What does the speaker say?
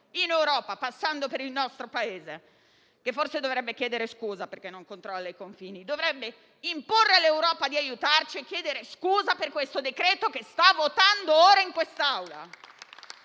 in Europa, passando per il nostro Paese, che forse dovrebbe chiedere scusa perché non controlla i suoi confini. Dovrebbe imporre all'Europa di aiutarci e chiedere scusa per questo decreto-legge che sta votando ora in quest'Aula.